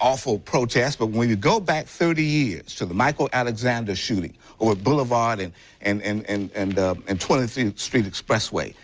awful protests but when you go back thirty yeah iers to the michael alexander shooting at boulevard and and and and and and twenty three street expressway,